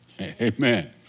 Amen